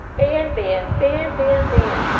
ban! ban! ban! ban! ban!